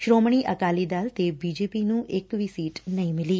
ਸ੍ਰੋਮਣੀ ਅਕਾਲੀ ਦਲ ਤੇ ਬੀਜੇਪੀ ਨੁੰ ਇਕ ਵੀ ਸੀਟ ਨਹੀਾਂ ਮਿਲੀ